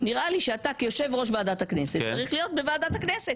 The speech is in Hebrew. נראה לי שאתה כיושב ראש ועדת הכנסת צריך להיות בוועדת הכנסת